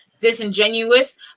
disingenuous